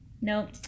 Nope